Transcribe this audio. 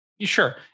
Sure